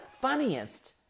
funniest